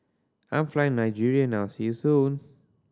I'm flying Nigeria now see you soon